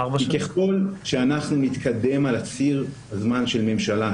כי ככל שאנחנו נתקדם על ציר הזמן של ממשלה,